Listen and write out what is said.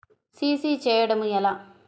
CC చేయడము ఎలా?